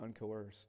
uncoerced